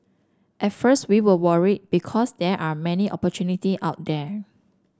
at first we were worried because there are many opportunity out there